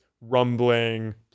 rumbling